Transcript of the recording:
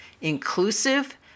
inclusive